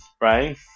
right